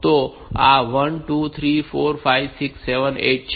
તો આ 1 2 3 4 5 6 7 8 છે